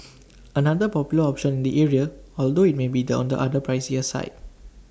another popular option in the area although IT may be the on the pricier side